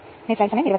അതിനാൽ ഇത് 13800 43